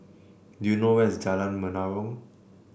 do you know where is Jalan Menarong